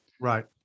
Right